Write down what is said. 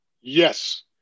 yes